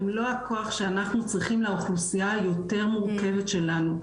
הן לא הכוח שאנחנו צריכים לאוכלוסיה היותר מורכבת שלנו,